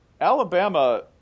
Alabama